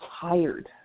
tired